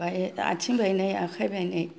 आथिं बायनाय आखाइ बायनाय